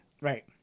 Right